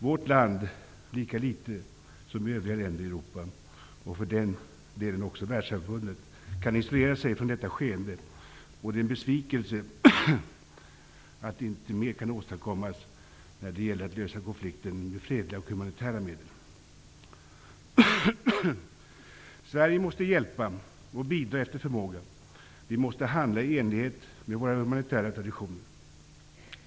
Vårt land kan inte -- lika litet som övriga länder i Europa, och för den delen världssamfundet -- isolera sig från detta skeende. Det är en besvikelse att inte mer kan åstadkommas när det gäller att lösa konflikten med fredliga och humanitära medel. Sverige måste hjälpa och bidra efter förmåga. Vi måste handla i enlighet med våra humanitära traditioner.